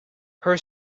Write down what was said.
her